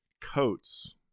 coats